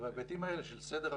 ובהיבטים האלה של סדר עדיפות,